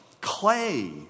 Clay